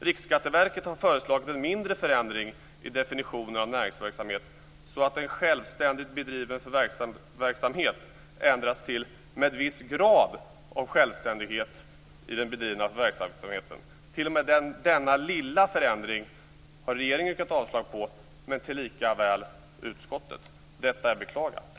Riksskatteverket har föreslagit en mindre förändring i definitionen av näringsverksamhet, så att "självständigt bedriven förvärvsverksamhet" ändras till "med viss grad av självständighet bedriven förvärvsverksamhet". T.o.m. denna lilla förändring har regeringen yrkat avslag på, liksom även utskottet. Detta är att beklaga. Tack!